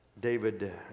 david